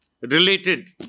related